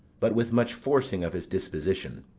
but with much forcing of his disposition.